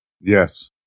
Yes